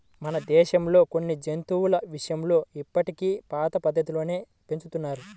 మన దేశంలో కొన్ని జంతువుల విషయంలో ఇప్పటికీ పాత పద్ధతుల్లోనే పెంచుతున్నారు